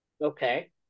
Okay